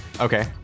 Okay